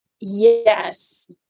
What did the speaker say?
Yes